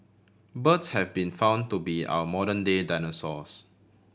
birds have been found to be our modern day dinosaurs